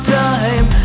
time